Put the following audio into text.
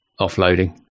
offloading